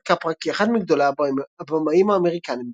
קפרה כאחד מגדולי הבמאים האמריקנים בתקופתו.